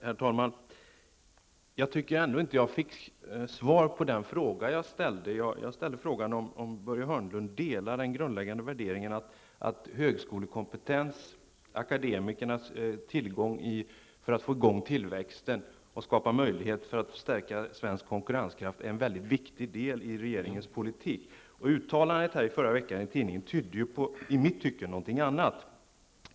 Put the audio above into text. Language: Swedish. Herr talman! Jag tycker ändå inte att jag fick svar på den fråga jag ställde. Jag frågade om Början Hörnlund delar den grundläggande värderingen att högskolekompetensen, akademikernas tillgång för att få i gång tillväxten och för att skapa möjligheter att stärka svensk konkurrenskraft, är en väldigt viktig del i regeringens politik. Uttalandet i förra veckan i tidningen tyder enligt mitt tycke på någonting annat.